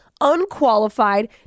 unqualified